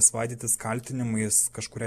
svaidytis kaltinimais kažkuriai